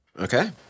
Okay